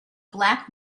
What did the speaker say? black